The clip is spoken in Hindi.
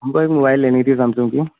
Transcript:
हमको एक मोबाइल लेनी थी सैमसंग की